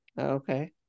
okay